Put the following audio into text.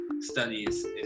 studies